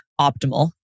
optimal